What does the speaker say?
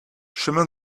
chemin